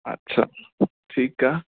अच्छा ठीकु आहे